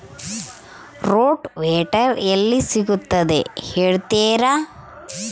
Rotavator ಎಲ್ಲಿ ಸಿಗುತ್ತದೆ ಹೇಳ್ತೇರಾ?